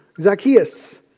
Zacchaeus